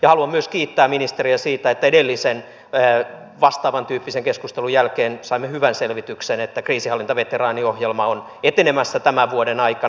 ja haluan myös kiittää ministeriä siitä että edellisen vastaavantyyppisen keskustelun jälkeen saimme hyvän selvityksen että kriisinhallintaveteraaniohjelma on etenemässä tämän vuoden aikana